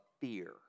fear